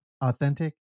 authentic